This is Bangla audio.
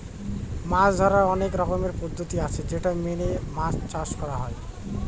মাছ ধরার অনেক রকমের পদ্ধতি আছে যেটা মেনে মাছ চাষ করা হয়